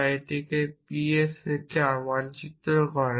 যা এটিকে p এর সেটে মানচিত্র করে